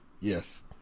yes